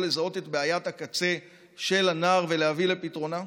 לזהות את בעיית הקצה של הנער ולהביא לפתרונה?